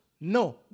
No